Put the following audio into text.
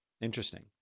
Interesting